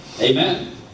Amen